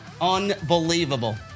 Unbelievable